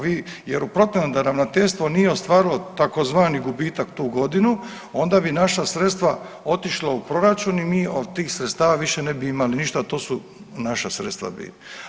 Vi, jer u protivnom, da Ravnateljstvo nije ostvarilo tzv. gubitak tu godinu, onda bi naša sredstva otišla u proračun i mi od tih sredstava više ne bi imali ništa, to su naša sredstva bila.